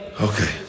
Okay